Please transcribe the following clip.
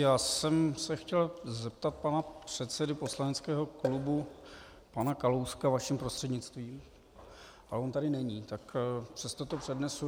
Já jsem se chtěl zeptat pana předsedy poslaneckého klubu Kalouska vaším prostřednictvím a on tady není, tak přesto to přednesu.